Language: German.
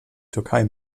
türkei